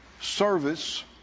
service